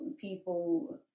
people